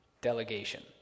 Delegation